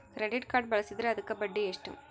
Credit card ಬಳಸಿದ್ರೇ ಅದಕ್ಕ ಬಡ್ಡಿ ಎಷ್ಟು?